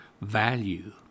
value